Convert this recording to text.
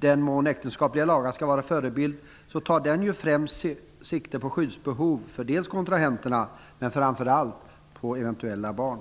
Den mån äktenskapliga lagar skall vara förebild, tar ju dessa sikte på skyddsbehovet för kontrahenterna själva men framför för eventuella barn.